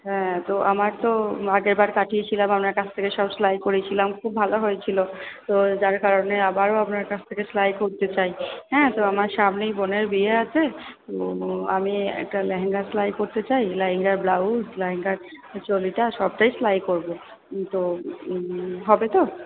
হ্যাঁ তো আমার তো আগেরবার কাটিয়েছিলাম আপনার কাছ থেকে সব সেলাই করিয়েছিলাম খুব ভালো হয়েছিলো তো যার কারণে আবারও আপনার কাছ থেকে সেলাই করতে চাই হ্যাঁ তো আমার সামনেই বোনের বিয়ে আছে আমি একটা লেহেঙ্গা সেলাই করতে চাই লেহেঙ্গা ব্লাউজ লেহেঙ্গার চোলিটা সবটাই সেলাই করবো তো হবে তো